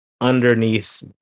underneath